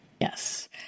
Yes